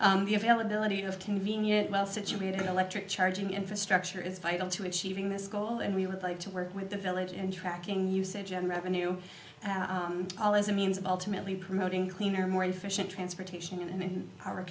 fifty the availability of convenient well situated electric charging infrastructure is vital to achieving this goal and we would like to work with the village and tracking usage on revenue as a means of ultimately promoting cleaner more efficient transportation and in our